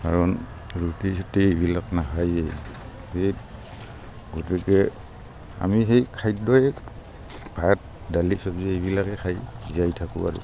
কাৰণ ৰুটি চুটি এইবিলাক নাখাইয়ে গতিকে আমি সেই খাদ্যই ভাত দালি চবজি এইবিলাকে খাই জীয়াই থাকোঁ আৰু